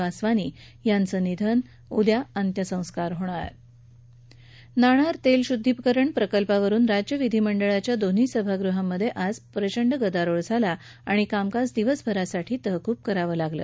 वासवानी यांचं निधनउद्या अंत्यसंस्कार होणार नाणार तेलशुद्धीकरण प्रकल्पावरुन राज्य विधिमंडळाच्या दोन्ही सभागृहांमध्ये आज प्रचंड गदारोळ झाला आणि कामकाज दिवसभरासाठी तहकूब करावं लागलं